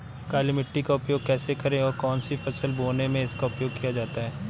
काली मिट्टी का उपयोग कैसे करें और कौन सी फसल बोने में इसका उपयोग किया जाता है?